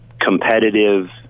competitive